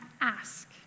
ask